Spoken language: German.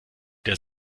der